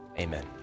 Amen